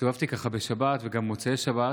הסתובבתי ככה בשבת וגם במוצאי שבת,